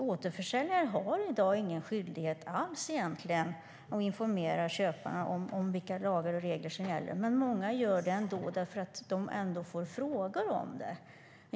Återförsäljare har i dag ingen skyldighet alls att informera köparna om vilka lagar och regler som gäller, men många gör det ändå därför att de får frågor.